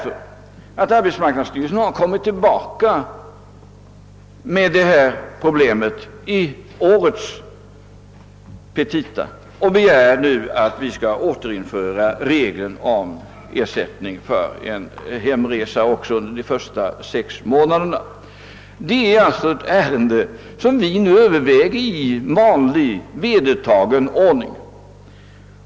Arbetsmarknadsstyrelsen har nämligen återkommit till detta problem i årets pe tita och begär nu att vi skall återinföra regeln om ersättning för en hemresa också under de första sex månaderna. Vi överväger alltså ärendet i vedertagen ordning.